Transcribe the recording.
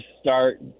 start